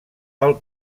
pel